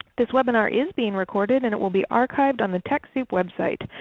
this webinar is being recorded and it will be archived on the techsoup website.